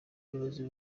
umuyobozi